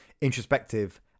introspective